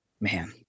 Man